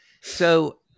So-